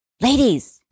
Ladies